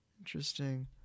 Interesting